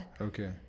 Okay